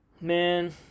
man